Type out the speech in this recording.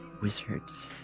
wizards